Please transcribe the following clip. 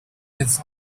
his